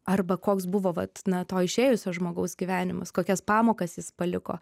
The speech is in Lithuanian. arba koks buvo vat na to išėjusio žmogaus gyvenimas kokias pamokas jis paliko